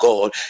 God